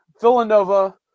Villanova